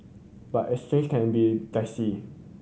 but exchange can be dicey